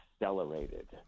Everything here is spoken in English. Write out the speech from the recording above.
accelerated